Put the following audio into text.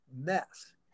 mess